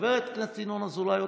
חבר הכנסת ינון אזולאי,